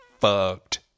fucked